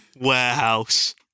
warehouse